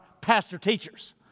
pastor-teachers